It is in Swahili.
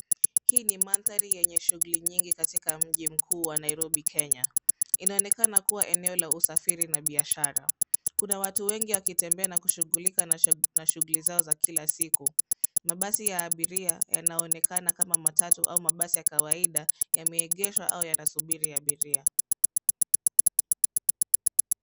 Hii ni mandhari yenye shughuli nyingi katika mji mkuu wa Nairobi, Kenya. Inaonekana kuwa eneo la usafiri na biashara. Kuna watu wengi wakitembea na kushughulika na shughuli zao za kila siku. Mabasi ya abiria yanaonekana kama matatu au mabasi ya kawaida yameegeshwa au yanasubiri abiria.